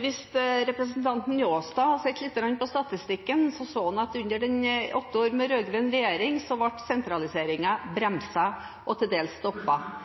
Hvis representanten Njåstad hadde sett lite grann på statistikken, hadde han sett at under åtte år med rød-grønn regjering ble sentraliseringen bremset og til dels